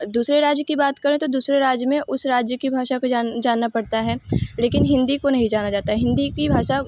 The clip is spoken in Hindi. दूसरे राज्य की बात करें तो दूसरे राज्य में उस राज्य की भाषा को जान जानना पड़ता है लेकिन हिन्दी काे नहीं जाना जाता हिन्दी की भासा